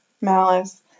Malice